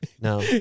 No